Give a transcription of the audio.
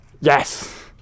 Yes